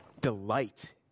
delight